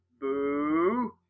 Boo